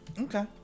Okay